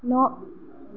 न'